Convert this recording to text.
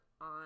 on